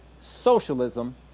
socialism